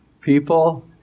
People